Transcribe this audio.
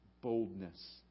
boldness